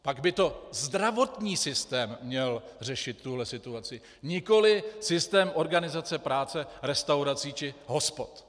Pak by to zdravotní systém měl řešit, tuhle situaci, nikoliv systém organizace práce restaurací či hospod.